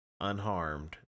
unharmed